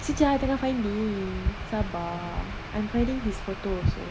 sekejap tengah finding sabar I'm finding his photo also